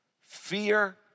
fear